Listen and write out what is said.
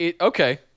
okay